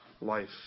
life